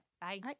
Bye